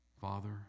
Father